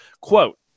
quote